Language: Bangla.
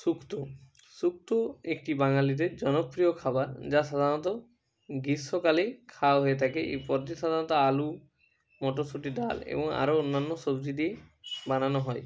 শুক্ত শুক্ত একটি বাঙালিদের জনপ্রিয় খাবার যা সাধারণত গ্রীষ্মকালেই খাওয়া হয়ে থাকে এর পদ্যে সাধারণত আলু মটরশুঁটি দাল এবং আরও অন্যান্য সবজি দিয়ে বানানো হয়